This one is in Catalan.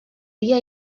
dia